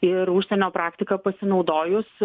ir užsienio praktika pasinaudojus